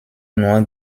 nur